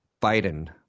Biden